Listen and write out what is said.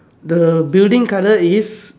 the building color is